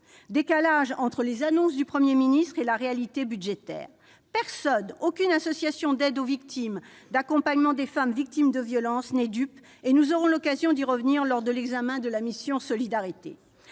décalage entre les annonces du Premier ministre et la réalité budgétaire ! Personne, aucune association d'aide aux victimes, d'accompagnement des femmes victimes de violences, n'est dupe. Nous aurons l'occasion d'y revenir lors de l'examen de la mission « Solidarité,